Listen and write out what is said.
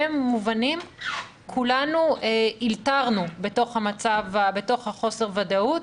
מובנים כולנו אלתרנו בתוך החוסר-ודאות.